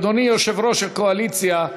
אדוני יושב-ראש הקואליציה,